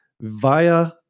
via